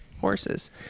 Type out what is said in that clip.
Horses